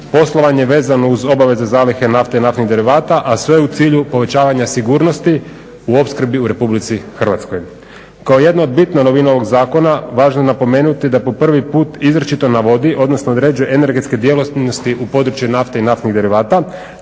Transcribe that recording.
poslovanje vezano uz obaveze zalihe nafte i naftnih derivata, a sve u cilju povećanja sigurnosti u opskrbi u RH. Kao jedna od bitnih novina ovog zakona važno je napomenuti da je po prvi put izričito navodi odnosno određuje energetske djelatnosti u području nafte i naftnih derivata